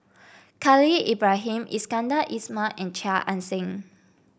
Khalil Ibrahim Iskandar Ismail and Chia Ann Siang